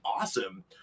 awesome